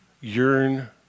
yearn